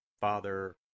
Father